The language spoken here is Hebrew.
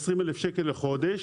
20,000 שקל לחודש,